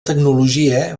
tecnologia